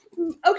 Okay